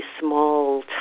small